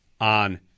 on